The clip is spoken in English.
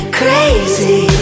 crazy